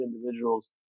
individuals